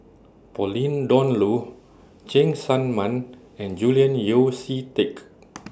Pauline Dawn Loh Cheng Tsang Man and Julian Yeo See Teck